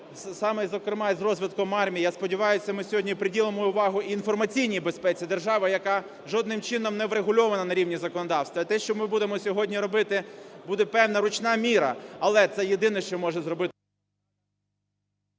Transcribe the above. і з розвитком армії, я сподіваюся, ми сьогодні приділимо увагу і інформаційній безпеці держави, яка жодним чином не врегульована на рівні законодавства. І те, що ми будемо сьогодні робити, буде певна ручна міра, але це єдине, що може зробити…